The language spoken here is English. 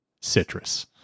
Citrus